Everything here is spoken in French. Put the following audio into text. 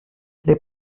les